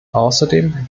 außerdem